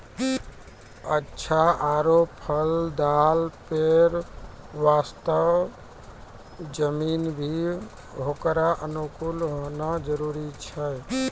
अच्छा आरो फलदाल पेड़ वास्तॅ जमीन भी होकरो अनुकूल होना जरूरी रहै छै